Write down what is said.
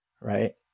Right